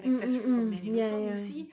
mm mm mm ya ya